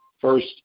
first